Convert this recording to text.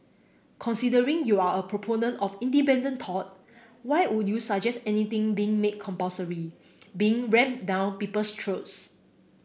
considering you're a proponent of independent thought why would you suggest anything being made compulsory being rammed down people's throats